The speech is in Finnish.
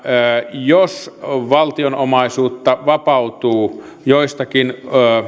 jos valtion omaisuutta vapautuu joistakin